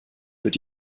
wird